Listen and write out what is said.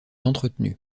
entretenu